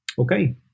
Okay